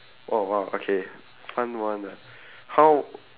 oh !wow! okay fun one ah how